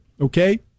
okay